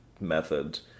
methods